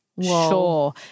sure